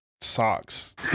socks